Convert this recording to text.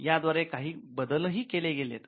याद्वारे काही बदलही केले गेलेत